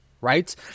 right